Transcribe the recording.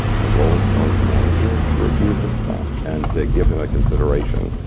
the rolling stones' manager to review his stuff and to give him a consideration.